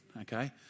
okay